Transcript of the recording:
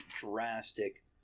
drastic